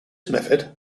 method